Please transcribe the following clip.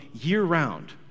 year-round